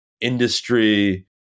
industry